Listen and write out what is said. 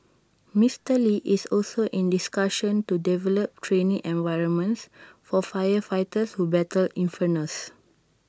Mister lee is also in discussions to develop training environments for firefighters who battle infernos